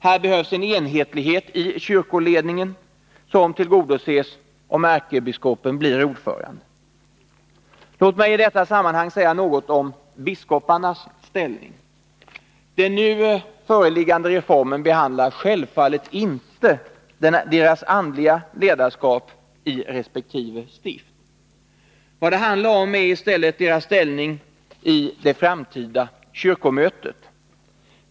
Här behövs en enhetlighet i kyrkoledningen — ett krav som tillgodoses om ärkebiskopen blir ordförande. Låt mig i detta sammanhang säga något om biskoparnas ställning. Den nu föreliggande reformen behandlar självfallet inte deras andliga ledarskap i resp. stift. Vad det handlar om är i stället deras ställning på det framtida kyrkomötet.